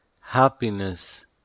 Happiness